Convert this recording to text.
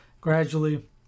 Gradually